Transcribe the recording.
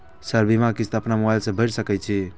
Sir बीमा किस्त अपनो मोबाईल से भर सके छी?